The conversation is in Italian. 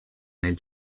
nel